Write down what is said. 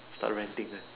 start ranting uh